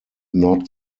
not